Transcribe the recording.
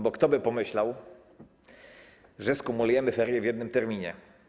Bo kto by pomyślał, że skumulujemy ferie w jednym terminie?